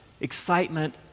excitement